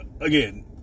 Again